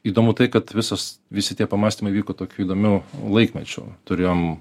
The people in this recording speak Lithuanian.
įdomu tai kad visos visi tie pamąstymai vyko tokiu įdomiu laikmečiu turėjome